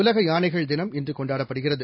உலகயானைகள் தினம் இன்றுகொண்டாடப்படுகிறது